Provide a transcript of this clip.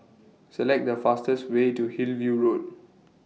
Select The fastest Way to Hillview Road